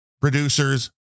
producers